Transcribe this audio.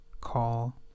call